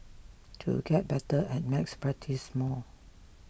to get better at maths practise more